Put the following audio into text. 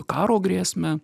karo grėsmę